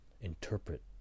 interpret